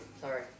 Sorry